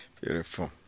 Beautiful